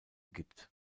gibt